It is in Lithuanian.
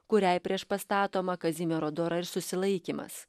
kuriai priešpastatoma kazimiero dora ir susilaikymas